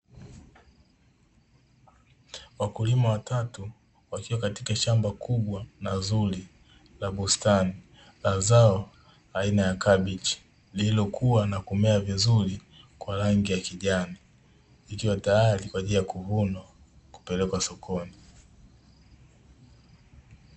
Wakulima watatu wakiwa katika shamba kubwa na zuri la bustani la zao aina ya kabichi lililokua na kumea vizuri kwa rangi ya kijani, ikiwa tayari kwa ajili ya kuvunwa kupelekwa sokoni.